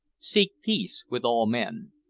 seek peace with all men,